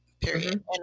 Period